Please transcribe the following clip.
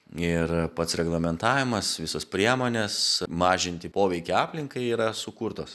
ir pats reglamentavimas visos priemonės mažinti poveikį aplinkai yra sukurtos